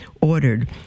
ordered